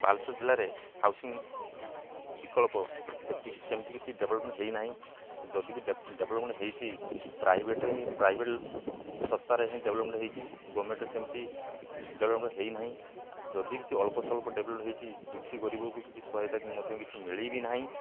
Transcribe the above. ବାଲେଶ୍ଵର ଜିଲ୍ଲାରେ ହାଉସିଂ ବିକଳ୍ପ ସେମିତି ସେମିତି କିଛି ଡେଭ୍ଲପ୍ମେଣ୍ଟ ହେଇ ନାହିଁ ଯଦି ବି ଡେଭ୍ଲପ୍ମେଣ୍ଟ ହେଇଛି ପ୍ରାଇଭେଟ୍ରେ ହିଁ ପ୍ରାଇଭେଟ୍ରେ ସଂସ୍ଥାରେ ହିଁ ଡେଭ୍ଲପ୍ମେଣ୍ଟ ହେଇଛି ଗଭର୍ଣ୍ଣମେଣ୍ଟରେ ସେମିତି ଡେଭ୍ଲପ୍ମେଣ୍ଟ ହେଇ ନାହିଁ ଯଦି କିଛି ଅଳ୍ପ ସବୁ ଡେଭ୍ଲପ୍ମେଣ୍ଟ ହେଇଛି ଦୁଖୀ ଗରିବକୁ କିଛି ସହାୟତା ମଧ୍ୟ କିଛି ମିଳି ବି ନାହିଁ